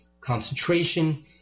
concentration